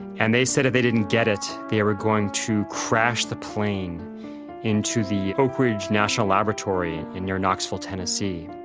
and they said if they didn't get it they were going to crash the plane into the oak ridge national laboratory and near knoxville, tennessee.